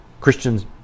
Christians